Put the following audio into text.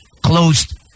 closed